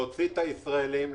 להוציא את הישראלים לנופש,